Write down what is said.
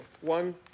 One